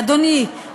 אדוני,